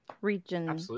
region